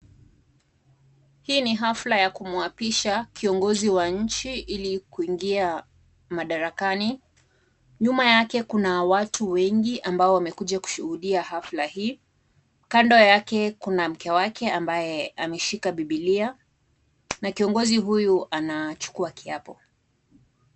Hii ni hafla ya kumuapisha kiongozi wa nchi ili kuingia madarakani , nyuma yake kuna watu wengi ambao wamekuja kushuhudia hafla hii . Kando yake kuna mke wake ambaye ameshika bibilia na kiongozi huyu anachukua kiapo.